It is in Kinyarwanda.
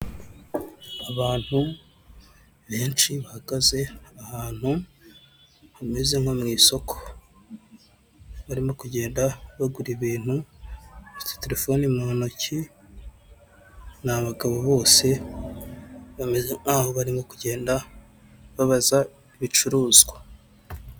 Abantu benshi bahagaze ahantu hameze nko mu isoko, barimo kugenda bagura ibintu, bafite telefone mu ntoki, ni abagabo bose bameza nkaho barimo kugenda babaza ibicuruzwa.